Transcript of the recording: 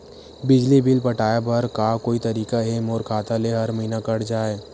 बिजली बिल पटाय बर का कोई तरीका हे मोर खाता ले हर महीना कट जाय?